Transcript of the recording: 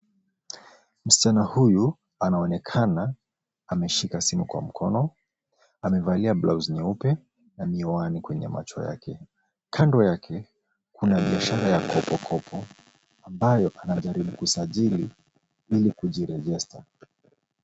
Msichana huyu anaonekana ameshika simu kwa mkono, amevalia blausi nyeupe na miwani kwenye macho yake. Kando yake kuna biashara ya KopoKopo ambayo anajaribu kusajili ili kujirejista.